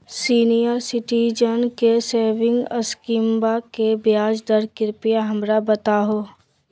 senior citizen के सेविंग स्कीमवा के ब्याज दर कृपया हमरा बताहो